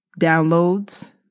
downloads